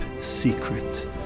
secret